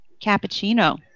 cappuccino